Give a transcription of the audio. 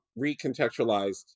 recontextualized